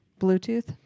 Bluetooth